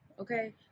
okay